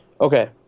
Okay